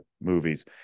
movies